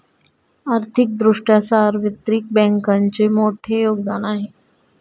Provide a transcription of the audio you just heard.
आर्थिक दृष्ट्या सार्वत्रिक बँकांचे मोठे योगदान आहे